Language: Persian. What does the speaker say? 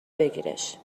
بگیرش